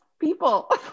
people